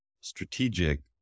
strategic